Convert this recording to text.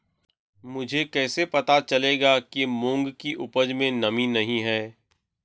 मुझे कैसे पता चलेगा कि मूंग की उपज में नमी नहीं है?